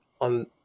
on